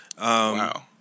Wow